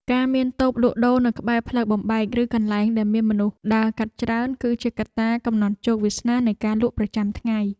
ការមានតូបលក់ដូរនៅក្បែរផ្លូវបំបែក ឬកន្លែងដែលមានមនុស្សដើរកាត់ច្រើន គឺជាកត្តាកំណត់ជោគវាសនានៃការលក់ប្រចាំថ្ងៃ។